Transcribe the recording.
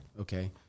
Okay